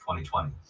2020